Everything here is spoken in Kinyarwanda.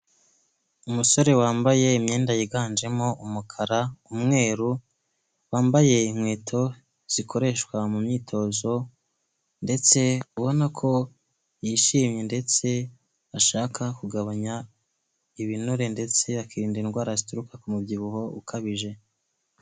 Umusore wambaye imyenda yiganjemo umukara n'umweru, wambaye inkweto zikoreshwa mu myitozo ndetse ubona ko yishimye. Ndetse ashaka kugabanya ibinure ndetse akirinda indwara zituruka ku mubyibuho ukabije.